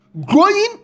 growing